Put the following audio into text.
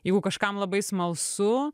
jeigu kažkam labai smalsu